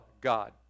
God